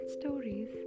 stories